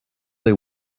they